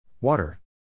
Water